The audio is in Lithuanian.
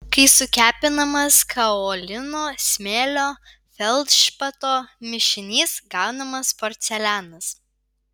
kai sukepinamas kaolino smėlio ir feldšpato mišinys gaunamas porcelianas